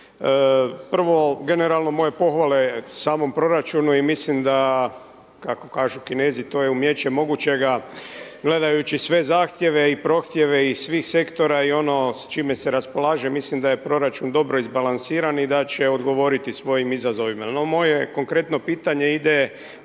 prvo, generalno moje pohvale samom proračunu i mislim da kako kažu Kinezi to je umijeće mogućega, gledajući sve zahtjeve i prohtjeve i svih sektora i ono s čime se raspolaže, mislim da je proračun dobro izbalansiran i da će odgovoriti svojim izazovima. No moje konkretno pitanje ide